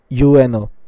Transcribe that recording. UNO